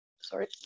sorry